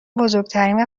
بزرگترین